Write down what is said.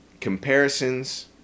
Comparisons